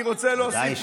הודעה אישית.